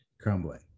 crumbling